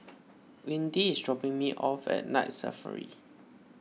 Windy is dropping me off at Night Safari